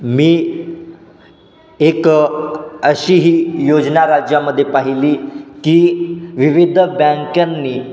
मी एक अशीही योजना राज्यामध्ये पाहिली की विविध बँक्यांनी